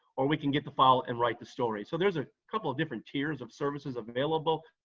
or we can get the file and write the story. so there's a couple of different tiers of services available.